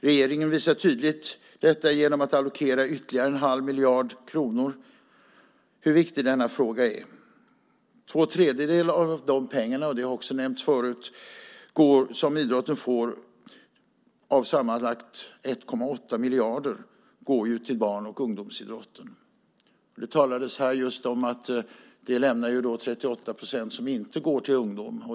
Regeringen visar tydligt genom att allokera ytterligare en halv miljard kronor hur viktig denna fråga är. Två tredjedelar av de pengar - det har också nämnts förut - som idrotten får på sammanlagt 1,8 miljarder går till barn och ungdomsidrotten. Det talades här just om att det lämnar 38 procent som inte går till ungdom.